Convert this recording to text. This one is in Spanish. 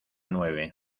nueve